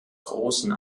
großen